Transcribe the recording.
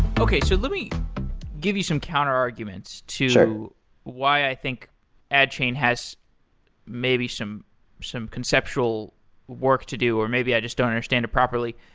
okay, so let me give you some counter arguments to why i think adchain has maybe some some conceptual work to do, or maybe i just don't understand it properly.